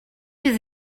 was